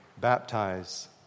baptize